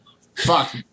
Fuck